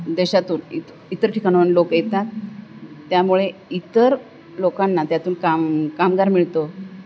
देशातून इ इतर ठिकाणाहून लोक येतात त्यामुळे इतर लोकांना त्यातून काम कामगार मिळतो